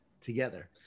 together